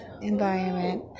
environment